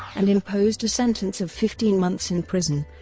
and imposed a sentence of fifteen months in prison,